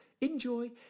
enjoy